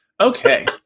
Okay